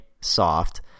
soft